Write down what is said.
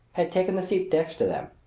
had taken the seat next to them.